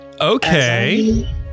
Okay